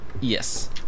Yes